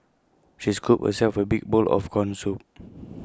she scooped herself A big bowl of Corn Soup